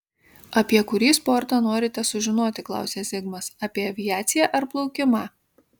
apie kurį sportą norite sužinoti klausia zigmas apie aviaciją ar plaukimą